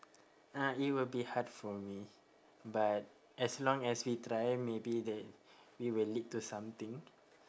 uh it will be hard for me but as long as we try maybe that we will lead to something